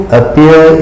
appear